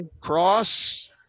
Cross